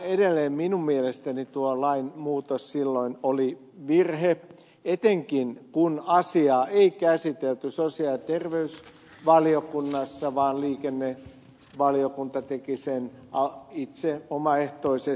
edelleen minun mielestäni tuo lainmuutos silloin oli virhe etenkin kun asiaa ei käsitelty sosiaali ja terveysvaliokunnassa vaan liikennevaliokunta teki sen itse omaehtoisesti